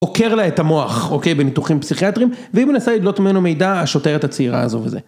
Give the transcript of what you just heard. עוקר לה את המוח, אוקיי? בניתוחים פסיכיאטריים, והיא מנסה לדלות ממנו מידע השוטרת הצעירה הזו וזה.